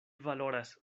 valoras